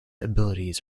abilities